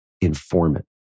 informant